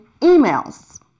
emails